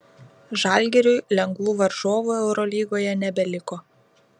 žalgiriui lengvų varžovų eurolygoje nebeliko